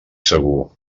segur